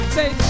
Say